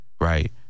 right